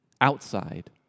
outside